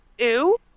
Ew